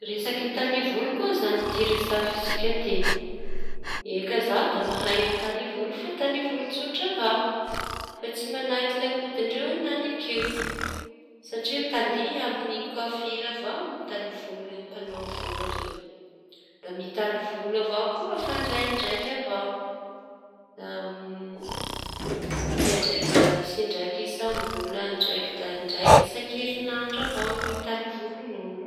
Resaky taly volo koa izañy resafitsika ty. Eka zaho da mahay mitaly volo fa taly volo tsotra avao fa tsy mahaky lamôdi-ndreo enanik'io satria talia amin'ny koafira avao amin'ny mpañao volo iireñy. Da mitaly avao koa zaho nofa ndraindraiky ndraindraiky da misy indraiky isam-bola, indraiky isan-kerinandro mitaly volon'olo.